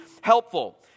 helpful